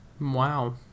Wow